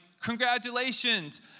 congratulations